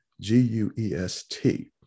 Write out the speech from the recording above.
G-U-E-S-T